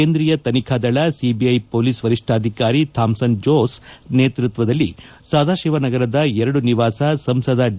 ಕೇಂದ್ರೀಯ ತನಿಖಾ ದಳ ಸಿಬಿಐ ಪೊಲೀಸ್ ವರಿಷ್ಠಾಧಿಕಾರಿ ಥಾಮ್ಪನ್ ಜೋಸ್ ನೇತೃತ್ವದಲ್ಲಿ ಸದಾಶಿವ ನಗರದ ಎರಡು ನಿವಾಸ ಸಂಸದ ಡಿ